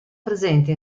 presente